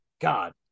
God